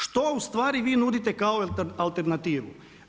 Što u stvari vi nudite kao alternativu?